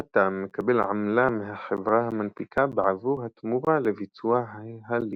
החתם מקבל עמלה מהחברה המנפיקה בעבור התמורה לביצוע ההליך.